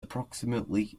approximately